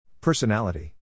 Personality